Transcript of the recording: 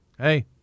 Hey